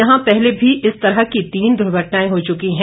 यहां पहले भी इसी तरह तीन दुर्घटनाएं हो चुकी है